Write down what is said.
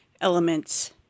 elements